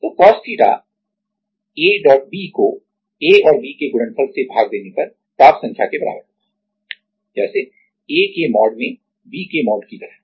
तो cos theta theta एक dot B को ए और बी के गुणनफल से भाग देने पर प्राप्त संख्या के बराबर होता है जैसे ए के मॉड में बी के मॉड की तरह